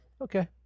okay